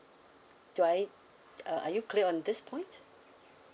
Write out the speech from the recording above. do I uh are you clear on this point